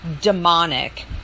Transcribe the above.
demonic